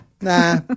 nah